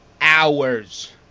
hours